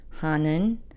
Hanan